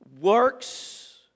Works